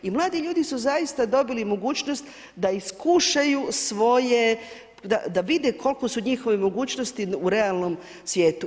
I mladi ljudi su zaista dobili mogućnost da iskušaju svoje, da vide kolike su njihove mogućnosti u realnom svijetu.